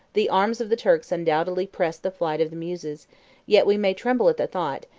the arms of the turks undoubtedly pressed the flight of the muses yet we may tremble at the thought,